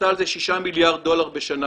עשתה על התרופה שני מיליארד דולר בשנה